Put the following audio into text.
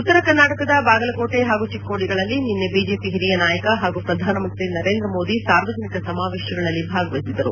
ಉತ್ತರ ಕರ್ನಾಟಕದ ಬಾಗಲಕೋಟೆ ಹಾಗೂ ಚಿಕ್ಕೋಡಿಗಳಲ್ಲಿ ನಿನ್ನೆ ಬಿಜೆಪಿ ಹಿರಿಯ ನಾಯಕ ಹಾಗೂ ಪ್ರಧಾನಮಂತ್ರಿ ನರೇಂದ ಮೋದಿ ಸಾರ್ವಜನಿಕ ಸಮಾವೇಶಗಳಲ್ಲಿ ಭಾಗವಹಿಸಿದ್ದರು